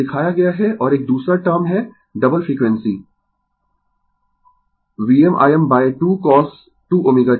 यह दिखाया गया है और एक दूसरा टर्म है double frequency VmIm 2 cos 2 ωt